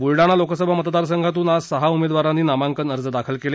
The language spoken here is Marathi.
बुलडाणा लोकसभा मतदारसंघातून आज सहा उमेदवारांनी नामांकन अर्ज दाखल केले